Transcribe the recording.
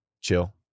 chill